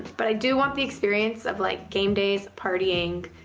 but i do want the experience of like game days, partying.